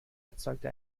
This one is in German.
erzeugte